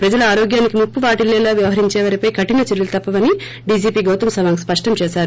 ప్రజల ఆరోగ్యానికి ముప్పు వాటిల్లేలా వ్యవహరించేవారిపై కఠిన చర్చలు తప్పవని డీజీపీ గౌతమ్ సవాంగ్ స్పష్టం చేశారు